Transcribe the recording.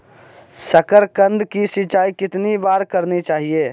साकारकंद की सिंचाई कितनी बार करनी चाहिए?